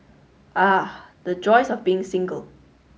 ah the joys of being single